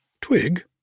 Twig